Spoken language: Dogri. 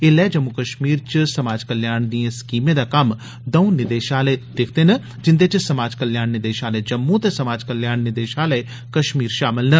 एल्लै जम्मू कश्मीर च समाज कल्याण दियें स्कीमें दा कम्म दंऊ निदेशालय दिक्खदे न जिन्दे च समाज कल्याण निदेशालय जम्मू ते समाज कल्याण निदेशालय कश्मीर शामल न